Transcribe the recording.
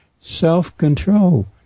self-control